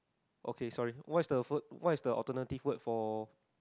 okay sorry what is the first what is the alternative word for